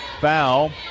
Foul